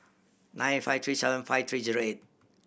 nine five three seven five three zero eight